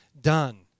done